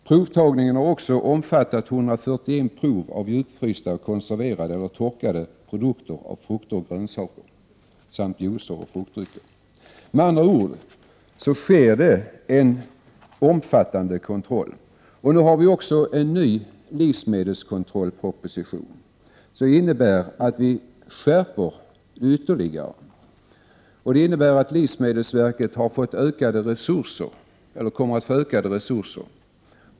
Provtagningen har också omfattat 141 prov av djupfrysta och konserverade eller torkade produkter av frukter och grönsaker samt juicer och fruktdrycker. Med andra ord, det sker en omfattande kontroll, och nu har vi också en ny livsmedelskontrollsproposition som innebär att kontrollen skärps ytterligare. Livsmedelsverket kommer att få ökade resurser.